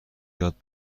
یاد